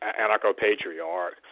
anarcho-patriarch